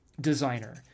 designer